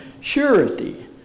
surety